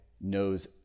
knows